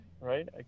right